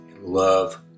love